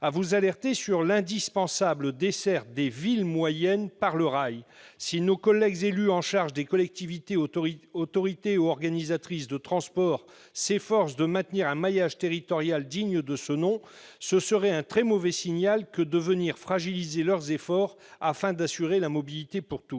à vous alerter sur l'indispensable desserte des villes moyennes par le rail. Nos collègues élus en charge des collectivités autorités organisatrices de transport s'attachent à maintenir un maillage territorial digne de ce nom : ce serait un très mauvais signal que de venir fragiliser leurs efforts visant à assurer la mobilité pour tous.